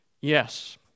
yes